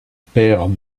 père